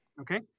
Okay